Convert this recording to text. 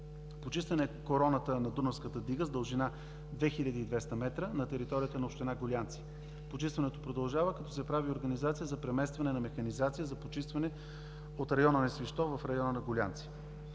Почистваме короната на дунавската дига с дължина 2200 м на територията на община Гулянци. Почистването продължава, като се прави организация за преместване на механизация за почистване от района на Свищов в района на Гулянци.